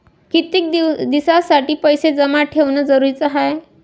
कितीक दिसासाठी पैसे जमा ठेवणं जरुरीच हाय?